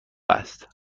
است